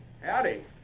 Howdy